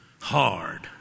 hard